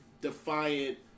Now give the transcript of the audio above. defiant